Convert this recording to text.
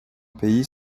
pays